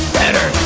better